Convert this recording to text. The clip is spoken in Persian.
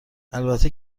البته